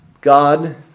God